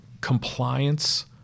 compliance